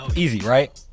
easy right?